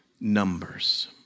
numbers